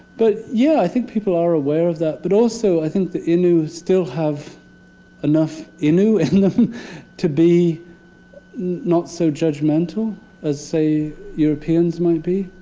but yeah, i think people are aware of that. but also i think the innu still have enough innu in them to be not so judgmental as, say, europeans might be.